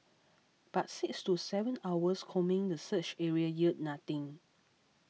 but six to seven hours combing the search area yielded nothing